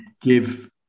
give